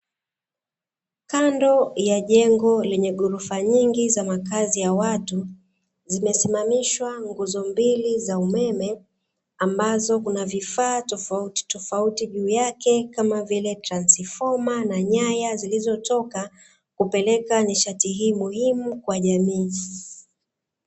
Kando ya jengo lenye ghorofa nyingi za makazi ya watu, zimesimamishwa nguzo mbili za umeme, ambazo kuna vifaa tofautitofauti juu yake kama vile transifoma na nyaya zilizotoka, kupeleka nishati hii muhimu kwa jamii.